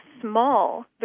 small